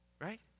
right